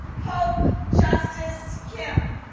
hope justice kim,